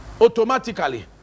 automatically